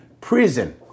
prison